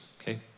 Okay